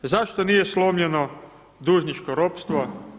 Zašto nije slomljeno dužničko ropstvo?